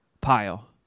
pile